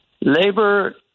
labor